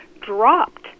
dropped